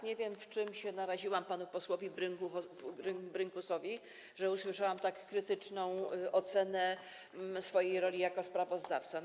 Nie wiem, czym się naraziłam panu posłowi Brynkusowi, że usłyszałam tak krytyczną ocenę swojej roli jako sprawozdawcy.